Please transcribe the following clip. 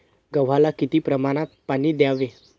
गव्हाला किती प्रमाणात पाणी द्यावे?